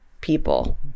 people